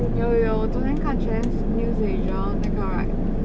有有有我昨天看 Channel NewsAsia 那个 right